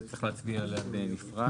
צריך להצביע עליה בנפרד.